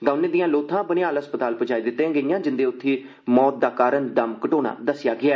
दौनें दियां लोथ बनिहाल अस्पताल प्जाई दितियां गेइयां जित्थें उन्दी मौत दा कारण दम घटोना दस्सेआ गेआ